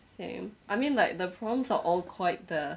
same I mean like the prompts are all quite uh